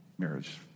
marriage